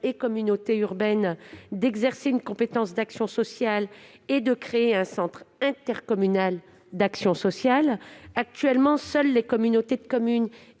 communautés urbaines ne puissent pas exercer une compétence d'action sociale ni créer un centre intercommunal d'action sociale (CIAS). Actuellement, seules les communautés de communes et